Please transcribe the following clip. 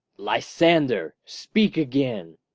lysander, speak again.